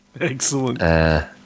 Excellent